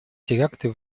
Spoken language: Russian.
теракты